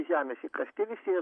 žemės įkasti visi